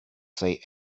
say